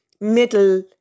middle